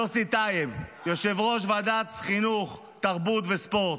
יוסי טייב, יושב-ראש ועדת החינוך, התרבות והספורט,